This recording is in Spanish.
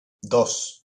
dos